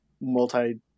multi